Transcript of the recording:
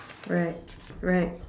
right right